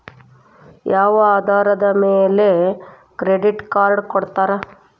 ಯಾವ ಆಧಾರದ ಮ್ಯಾಲೆ ಕ್ರೆಡಿಟ್ ಕಾರ್ಡ್ ಕೊಡ್ತಾರ?